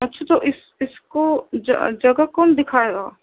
اچھا تو اِس اِس کو جگہ کون دِکھائے گا